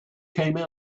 came